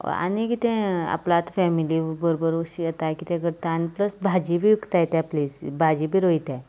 आनी कितें आपलो आतां फेमिली बरोबर शेत काय आनी कितें करता आनी प्लस भाजी बी उगतात त्या प्लेसीर भाजी बी रोयतात